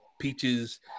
peaches